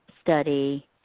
study